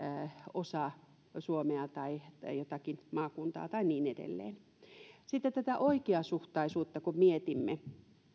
osa suomea tai jotakin maakuntaa tai niin edelleen sitten kun tätä oikeasuhtaisuutta mietimme